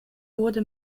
wurde